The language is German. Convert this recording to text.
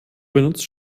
benutzt